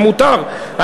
זה מותר.